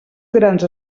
grans